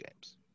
games